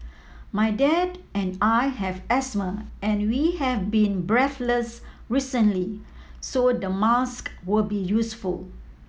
my dad and I have asthma and we have been breathless recently so the mask will be useful